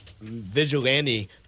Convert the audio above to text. vigilante